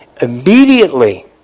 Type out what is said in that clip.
Immediately